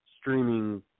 streaming